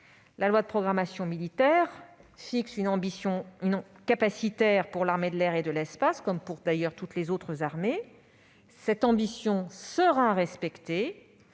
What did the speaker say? La loi de programmation militaire fixe une ambition capacitaire pour l'armée de l'air et de l'espace, comme pour les autres armées. Cette ambition sera respectée.